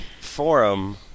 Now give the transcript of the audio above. forum